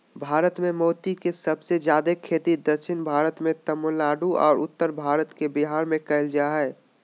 भारत मे मोती के सबसे जादे खेती दक्षिण भारत मे तमिलनाडु आरो उत्तर भारत के बिहार मे करल जा हय